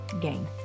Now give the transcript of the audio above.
gain